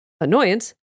annoyance